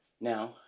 now